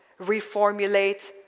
reformulate